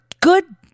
good